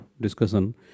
discussion